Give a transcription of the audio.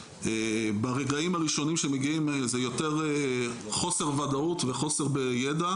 ברגעים הראשונים שמגיעים זה יותר חוסר וודאות וחוסר בידע,